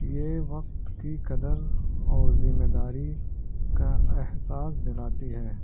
یہ وقت کی قدر اور ذمہ داری کا احساس دلاتی ہے